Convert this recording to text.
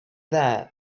that